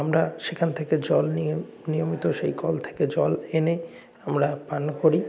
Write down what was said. আমরা সেখান থেকে জল নিয়ে নিয়মিত সেই কল থেকে জল এনে আমরা পান করি